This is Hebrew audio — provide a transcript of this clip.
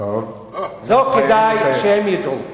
זאת כדאי שהם ידעו.